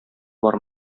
бар